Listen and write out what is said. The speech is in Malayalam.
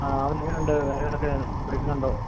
ആ അവൻ എങ്ങനെയുണ്ട് നല്ലോണമൊക്കെ പഠിക്കുന്നുണ്ടോ